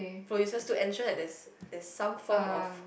producers to ensure that there's there's some form of